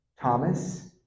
Thomas